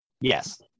Yes